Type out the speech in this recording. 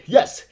Yes